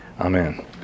Amen